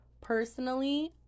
Personally